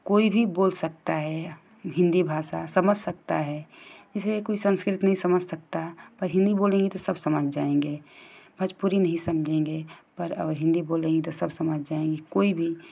कोई भी बोल सकता है हिंदी भाषा समझ सकता है जैसे कोई संस्कृत नहीं समझ सकता है पर हिंदी बोलेंगे तो सब समझ जाएंगे भोजपुरी नहीं समझेंगे पर हिंदी बोलेंगे तो सब समझ जाएंगे कोई भी